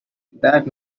that